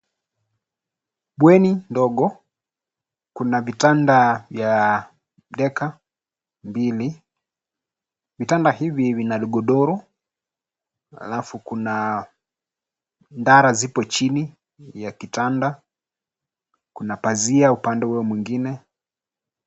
Bweni ndogo. Kuna vitanda vya deka mbili. vitanda hivi vina lugodoro alafu kuna ndara ziko chini ya kitanda, kuna pazia upande huo mwingine.